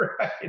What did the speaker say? Right